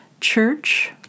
Church